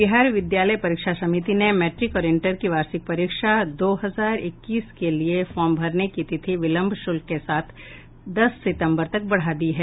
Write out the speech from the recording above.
बिहार विद्यालय परीक्षा समिति ने मैट्रिक और इंटर की वार्षिक परीक्षा दो हजार इक्कीस के लिए फार्म भरने की तिथि विलंब शुल्क के साथ दस सितम्बर तक बढ़ा दी है